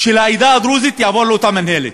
של העדה הדרוזית יעבור לאותה מינהלת.